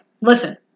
Listen